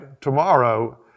tomorrow